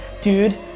dude